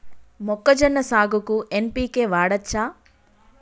మొక్కజొన్న సాగుకు ఎన్.పి.కే వాడచ్చా?